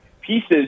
pieces